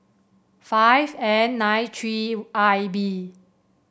five N nine three I B